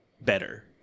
better